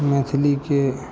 मैथिलीके